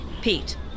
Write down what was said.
Pete